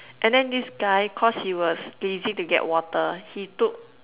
and then this guy cause he was lazy to get water he took